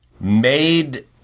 Made